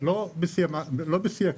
לא בשיא הקצב,